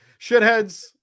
Shitheads